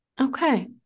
Okay